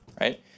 right